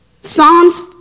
Psalms